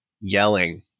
yelling